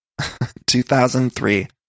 2003